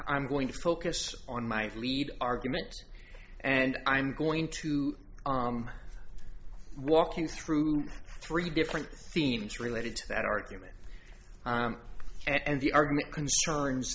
i'm going to focus on my lead argument and i'm going to arm walking through three different themes related to that argument and the argument concerns